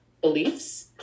beliefs